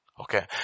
Okay